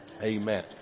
Amen